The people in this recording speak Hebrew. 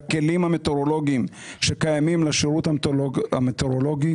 הכלים המטאורולוגים שקיימים לשירות המטאורולוגי